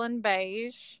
beige